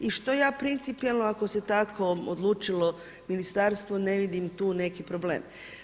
I što ja principijelno ako se tako odlučilo Ministarstvo ne vidim tu neki problem.